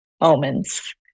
moments